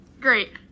Great